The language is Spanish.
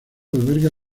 alberga